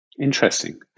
Interesting